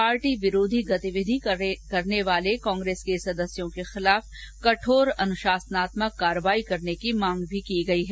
party विरोधी गतिविधि करने वाले कांग्रेस के सदस्यों के खिलाफ कठोर अनुशासनात्मक कार्यवाही करने की मांग भी की गयी है